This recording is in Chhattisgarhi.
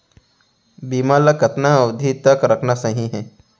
बीमा ल कतना अवधि तक रखना सही हे?